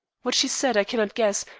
what she said i cannot guess,